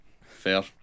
Fair